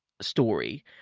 story